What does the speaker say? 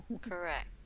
correct